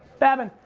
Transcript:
babin,